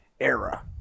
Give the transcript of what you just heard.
era